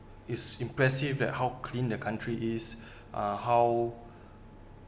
it's impressive that how clean the country is uh how